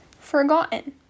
forgotten